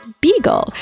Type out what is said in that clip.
Beagle